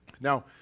Now